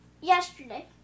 yesterday